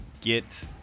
get